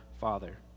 Father